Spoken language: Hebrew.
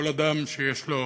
כל אדם שיש לו